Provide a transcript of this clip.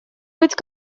быть